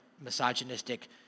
misogynistic